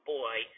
boy